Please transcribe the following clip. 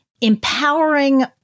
empowering